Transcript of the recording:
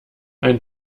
ein